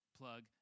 plug